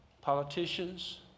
politicians